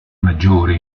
maggiore